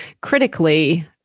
critically